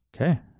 okay